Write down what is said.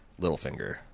Littlefinger